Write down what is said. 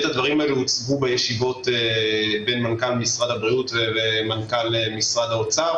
הדברים האלה הוצגו בישיבות בין מנכ"ל משרד הבריאות למנכ"ל משרד האוצר,